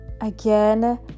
again